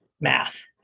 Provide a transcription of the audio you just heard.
math